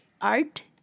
art